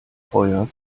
feuer